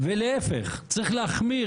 ולהפך, צריך להחמיר.